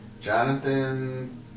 Jonathan